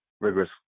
rigorous